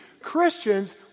Christians